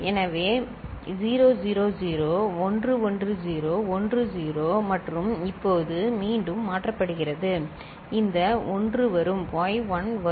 எனவே 00011010 மற்றும் இப்போது மீண்டும் மாற்றப்படுகிறது இந்த 1 வரும் y1 வரும்